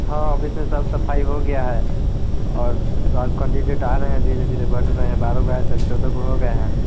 हाँ ऑफिस में साफ़ सफ़ाई हो गई है और और कंडीडेट आ रहे हैं धीरे धीरे बढ़ रहे हैं बारह को हो आए थे चौदह को हो गए हैं